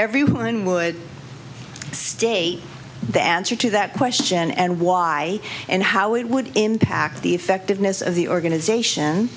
everyone would state the answer to that question and why and how it would impact the effectiveness of the organization